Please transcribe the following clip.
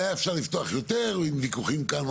היה אפשר לפתוח יותר עם וויכוחים כאן,